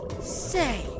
Say